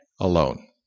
alone